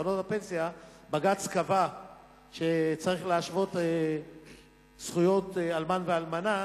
בקרנות הפנסיה בג"ץ קבע שצריך להשוות זכויות אלמן ואלמנה,